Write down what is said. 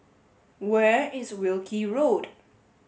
where is Wilkie Road